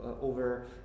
Over